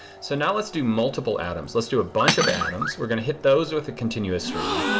so now let's do multiple atoms. let's do a bunch of atoms. we are going to hit those with a continuous stream.